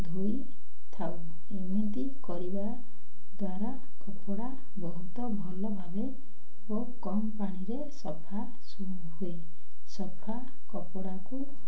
ଧୋଇଥାଉ ଏମିତି କରିବା ଦ୍ୱାରା କପଡ଼ା ବହୁତ ଭଲ ଭାବେ ଓ କମ ପାଣିରେ ସଫା ହୁଏ ସଫା କପଡ଼ାକୁ